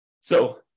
So-